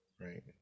Right